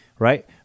right